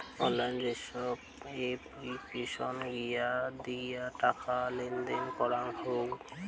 online যেসব application গিলা দিয়ে টাকা লেনদেন করাঙ হউ